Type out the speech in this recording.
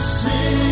see